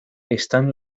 están